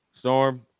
Storm